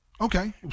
okay